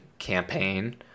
campaign